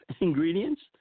ingredients